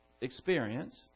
experience